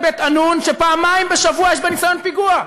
בית-ענון כשפעמיים בשבוע יש בו ניסיון פיגוע?